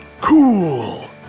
cool